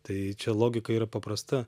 tai čia logika yra paprasta